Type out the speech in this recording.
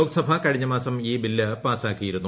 ലോക്സഭ കഴിഞ്ഞമാസം ഈ ബില്ല് പാസ്സാക്കിയിരുന്നു